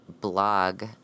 blog